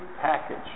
package